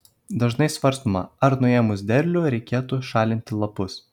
dažnai svarstoma ar nuėmus derlių reikėtų šalinti lapus